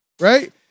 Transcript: Right